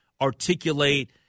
articulate